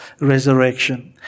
resurrection